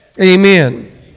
Amen